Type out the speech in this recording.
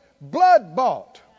blood-bought